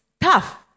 tough